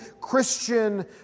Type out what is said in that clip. Christian